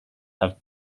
have